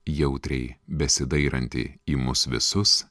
jautriai besidairantį į mus visus